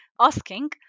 asking